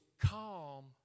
calm